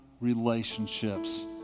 relationships